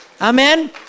Amen